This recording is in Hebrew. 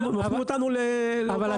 כולם הפנו אותנו לאותה